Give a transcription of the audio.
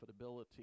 profitability